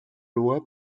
loi